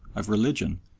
of religion,